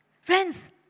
friends